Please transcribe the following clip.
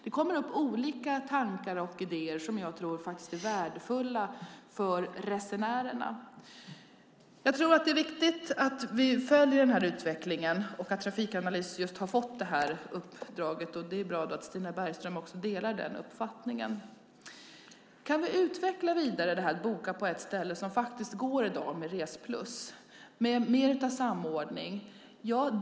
Det kommer upp olika tankar och idéer som jag tror är värdefulla för resenärerna. Det är viktigt att vi följer utvecklingen. Trafikanalys har just fått det uppdraget. Det är bra att Stina Bergström också delar den uppfattningen. Kan vi utveckla detta med att boka på ett ställe, som faktiskt går i dag med Resplus, med mer av samordning?